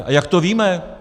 A jak to víme?